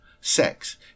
Sex